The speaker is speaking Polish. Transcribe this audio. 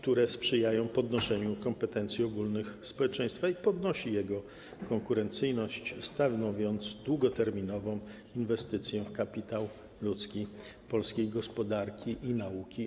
To sprzyja podnoszeniu kompetencji ogólnych społeczeństwa i podnosi jego konkurencyjność, stanowiąc długoterminową inwestycję w kapitał ludzki w przypadku polskiej gospodarki i nauki.